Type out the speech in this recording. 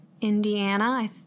Indiana